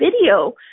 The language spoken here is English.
video